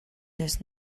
does